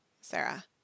Sarah